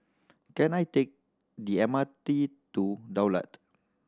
can I take the M R T to Daulat